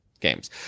games